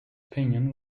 opinion